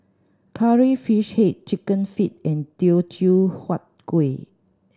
Curry Fish Head Chicken Feet and Teochew Huat Kueh